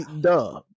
duh